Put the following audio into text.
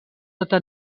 sota